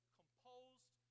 composed